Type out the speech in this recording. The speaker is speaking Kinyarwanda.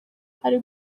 hari